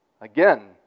Again